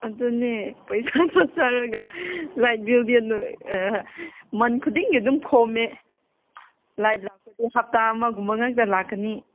ꯑꯗꯨꯅꯦ ꯄꯩꯁꯥꯒ ꯆꯥꯔꯒ ꯂꯥꯏꯠ ꯕꯤꯜꯗꯤ ꯅꯣꯏ ꯑꯥ ꯃꯟ ꯈꯨꯗꯤꯡꯒꯤ ꯑꯗꯨꯝ ꯈꯣꯝꯃꯦ ꯂꯥꯏꯠ ꯂꯥꯛꯄꯗꯨ ꯍꯞꯇꯥ ꯑꯃꯒꯨꯝꯕ ꯉꯥꯛꯇ ꯂꯥꯛꯀꯅꯤ